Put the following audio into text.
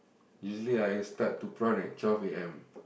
usually I start to prawn at twelve A_M